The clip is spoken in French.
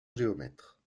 géomètre